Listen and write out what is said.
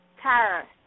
Tara